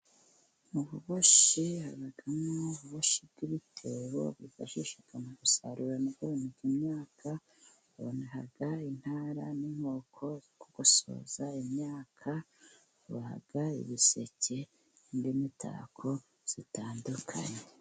Ububoshyi habamo ububoshyi bw'ibitebo bifashisha mu gusarura imyaka, hakaba intara n'inkoko zo kugosoza imyaka, baboha ibiseke, n'undi imitako itandukanye.